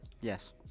Yes